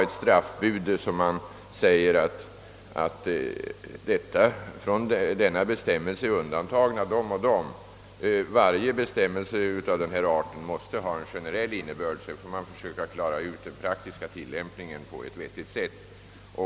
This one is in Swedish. Det är inte möjligt att ha ett straffbud, från vilket vissa undantag är gjorda; varje bestämmelse av denna art måste ha en generell innebörd. Sedan får man försöka klara ut den praktiska tillämpningen på ett vettigt sätt.